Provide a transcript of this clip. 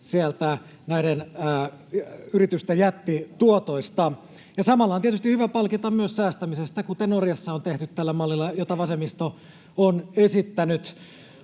näiden yritysten jättituotoista. Samalla on tietysti hyvä palkita myös säästämisestä, kuten Norjassa on tehty tällä mallilla, jota vasemmisto on esittänyt.